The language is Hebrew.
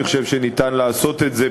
אני חושב שניתן לעשות את זה,